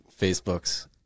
Facebook's